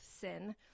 sin